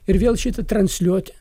ir vėl šitą transliuoti